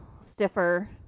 stiffer